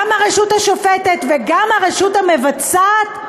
גם הרשות השופטת וגם הרשות המבצעת?